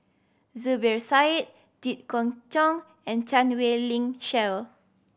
Zubir Said Jit Koon Ch'ng and Chan Wei Ling Cheryl